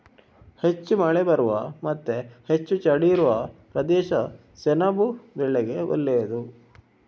ಹೆಚ್ಚು ಮಳೆ ಬರುವ ಮತ್ತೆ ಹೆಚ್ಚು ಚಳಿ ಇರುವ ಪ್ರದೇಶ ಸೆಣಬು ಬೆಳೆಗೆ ಒಳ್ಳೇದು